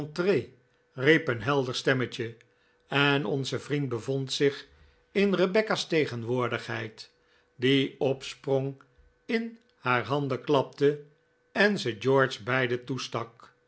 een helder stemmetje en onze vriend bevond zich in rebecca's tegenwoordigheid die opsprong in haar handen klapte en ze george beide toestak